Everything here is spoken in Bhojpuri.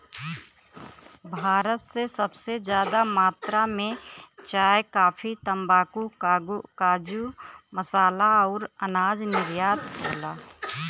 भारत से सबसे जादा मात्रा मे चाय, काफी, तम्बाकू, काजू, मसाला अउर अनाज निर्यात होला